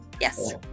yes